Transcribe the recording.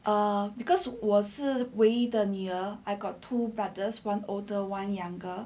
uh because 我是唯一的女儿 I got two brothers one older one younger